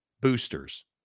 Boosters